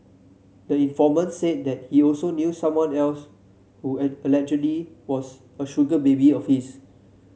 the informant said that he also knew someone else who allegedly was a sugar baby of his